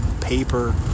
paper